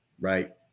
Right